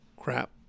crap